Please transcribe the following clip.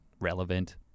relevant